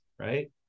right